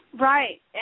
Right